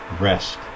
rest